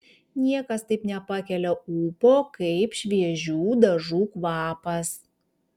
niekas taip nepakelia ūpo kaip šviežių dažų kvapas